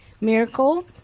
miracle